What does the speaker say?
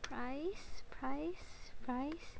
price price price